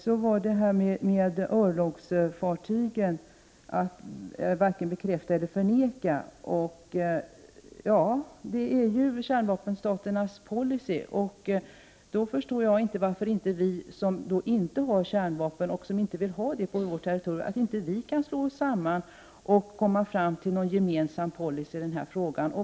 Så till detta med örlogsfartygen och talet om att man varken bekräftar eller förnekar vad som finns ombord på fartygen. Ja, det är kärnvapenstaternas policy. Men jag förstår inte varför inte Sverige och de stater som inte har kärnvapen och som inte vill ha sådana på det egna territoriet kan slå sig samman för att komma fram till en gemensam policy i denna fråga.